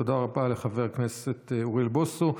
תודה רבה לחבר הכנסת אוריאל בוסו.